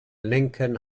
lincoln